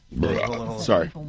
Sorry